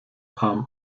arm